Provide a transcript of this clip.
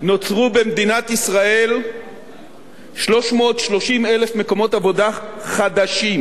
נוצרו במדינת ישראל 330,000 מקומות עבודה חדשים,